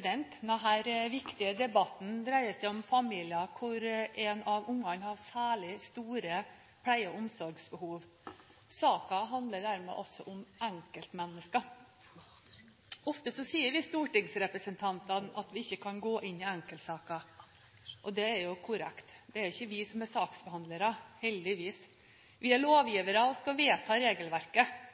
Den ligger forhåpentlig i nærheten av det hjertet forstår» Denne viktige debatten dreier seg om familier hvor et av barna har særlig store pleie- og omsorgsbehov. Saken handler dermed altså om enkeltmennesker. Ofte sier vi stortingsrepresentanter at vi ikke kan gå inn i enkeltsaker. Det er korrekt. Det er ikke vi som er saksbehandlere – heldigvis. Vi er lovgivere og skal vedta regelverket.